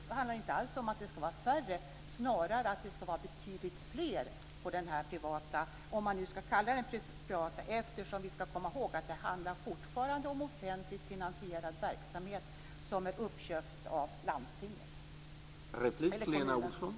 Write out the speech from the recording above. Det handlar inte alls om att det ska vara färre utan snarare om att det ska vara betydligt fler på den privata sidan - om man nu ska kalla den privat, eftersom vi ska komma ihåg att det fortfarande handlar om offentligt finansierad verksamhet som är uppköpt av landstinget eller kommunen.